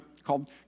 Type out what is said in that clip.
called